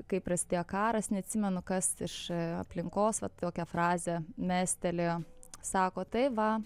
kai prasidėjo karas neatsimenu kas iš aplinkos va tokią frazę mestelėjo sako tai va